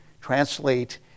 translate